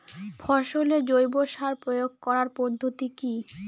ফসলে জৈব সার প্রয়োগ করার পদ্ধতি কি?